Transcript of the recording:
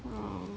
um